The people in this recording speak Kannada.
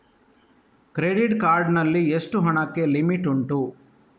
ಕ್ರೆಡಿಟ್ ಕಾರ್ಡ್ ನಲ್ಲಿ ಎಷ್ಟು ಹಣಕ್ಕೆ ಲಿಮಿಟ್ ಉಂಟು?